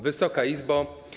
Wysoka Izbo!